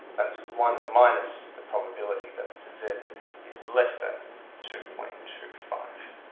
that's one minus the probability that z is less than two point two five.